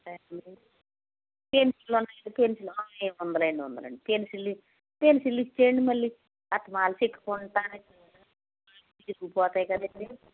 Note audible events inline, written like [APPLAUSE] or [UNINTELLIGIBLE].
ఉన్నాయండి పెన్సిళ్ళు [UNINTELLIGIBLE] రెండొందలు పెన్సిళ్ళు పెన్సిళ్ళు ఇయ్యండి మళ్ళీ అట్ట వాళ్ళు చెక్కుకుంటు పోతు ఉంటె విరిగిపోతాయి కదండి